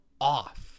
off